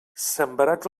sembrats